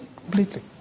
completely